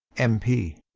m p.